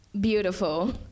Beautiful